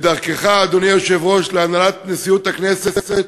ודרכך, אדוני היושב-ראש, להנהלת נשיאות הכנסת